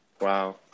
Wow